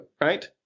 right